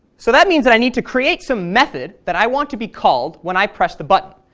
so that means that i need to create some method that i want to be called when i press the button,